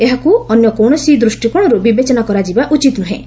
ଏହାକୁ ଅନ୍ୟ କୌଣସି ଦୃଷ୍ଟିକୋଣରୁ ବିବେଚନା କରାଯିବା ଉଚିତ୍ ନୁହେଁ